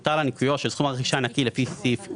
שהותר לה ניכויו של סכום הרכישה הנקי לפי סעיף זה,